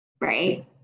right